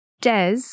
DES